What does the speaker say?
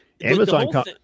Amazon